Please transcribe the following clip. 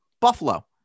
Buffalo